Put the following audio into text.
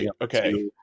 okay